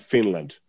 Finland